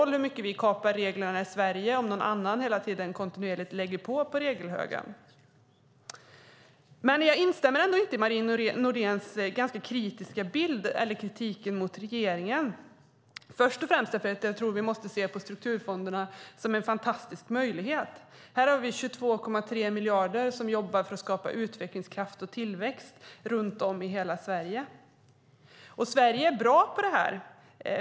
Hur mycket vi kapar reglerna i Sverige spelar ingen roll om någon annan kontinuerligt lägger mer på regelhögen. Jag instämmer ändå inte i Marie Nordéns kritik mot regeringen först och främst därför att jag tror att vi måste se på strukturfonderna som en fantastisk möjlighet. Här har vi 22,3 miljarder till att jobba med att skapa utvecklingskraft och tillväxt runt om i Sverige. Sverige är bra på detta.